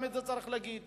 גם את זה צריך להגיד.